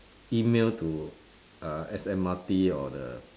email to uh S_M_R_T or the